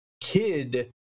Kid